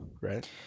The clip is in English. right